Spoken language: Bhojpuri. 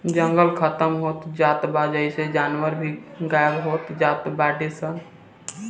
जंगल खतम होत जात बा जेइसे जानवर भी गायब होत जात बाडे सन